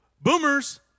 Boomers